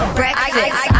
breakfast